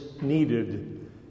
needed